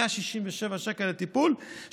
167 שקל לטיפול,